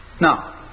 Now